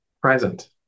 present